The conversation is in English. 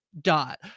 Dot